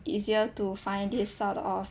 easier to find this sort of